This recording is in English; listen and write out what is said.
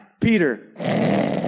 Peter